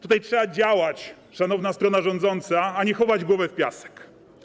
Tutaj trzeba działać, szanowna strono rządząca, a nie chować głowę w piasek.